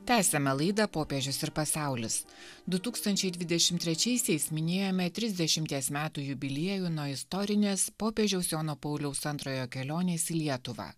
tęsiame laidą popiežius ir pasaulis du tūkstančiai dvidešim trečiaisiais minėjome trisdešimties metų jubiliejų nuo istorinės popiežiaus jono pauliaus antrojo kelionės į lietuvą